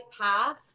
path